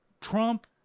Trump